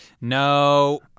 No